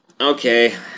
Okay